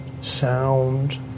sound